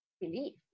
belief